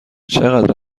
چقدر